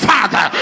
Father